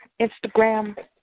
Instagram